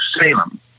Salem